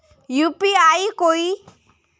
UPI कोई